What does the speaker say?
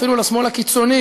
אפילו לשמאל הקיצוני,